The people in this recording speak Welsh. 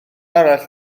arall